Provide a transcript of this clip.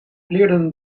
leerden